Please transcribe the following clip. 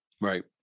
right